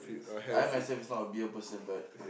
yes I myself is not a beer person but